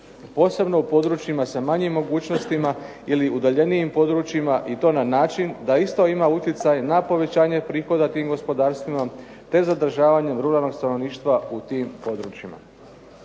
posebno u područjima sa manjim mogućnostima ili udaljenijim područjima i to na način da isto ima utjecaj na povećanje prihoda tim gospodarstvima, te zadržavanje ruralnog stanovništva u tim područjima.